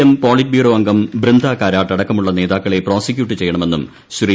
M polit bureau അംഗം ബൃന്ദ കാരാട്ട് അടക്കമുള്ള നേതാക്കളെ പ്രോസിക്യൂട്ട് ചെയ്യണമെന്നും ശ്രീ